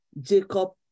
Jacob